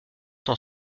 dans